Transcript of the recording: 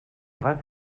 drei